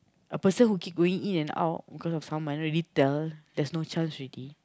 a person who keep going in and out cause of some minor retell there's no chance already